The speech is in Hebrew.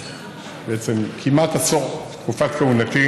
אחריה, חבר הכנסת דב חנין.